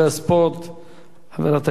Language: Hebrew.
חברת הכנסת לימור לבנת.